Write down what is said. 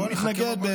בואו נחכה.